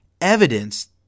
evidence